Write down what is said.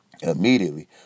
Immediately